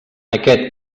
aquest